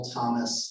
Thomas